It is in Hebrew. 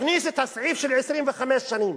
הכניס את הסעיף של 25 שנים.